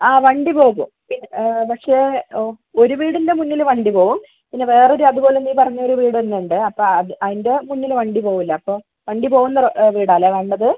ആ വണ്ടി പോകും പിന്നെ പക്ഷേ ഓ ഒരു വീടിൻ്റെ മുന്നിൽ വണ്ടി പോവും പിന്നെ വേറൊരു അതുപോലെ നീ പറഞ്ഞൊരു വീട് തന്നെ ഉണ്ട് അപ്പോൾ അത് അതിന്റെ മുന്നിൽ വണ്ടി പോവില്ല അപ്പോൾ വണ്ടി പോവുന്ന വീടാണല്ലേ വേണ്ടത്